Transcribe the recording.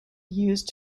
used